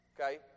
Okay